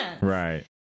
Right